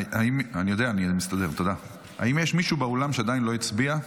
האם יש מישהו באולם שעדיין לא הצביע?